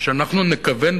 שאנחנו נהיה